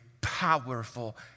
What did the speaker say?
powerful